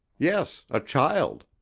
yes, a child!